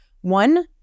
One